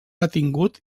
detingut